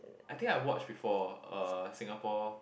I think I watch before uh Singapore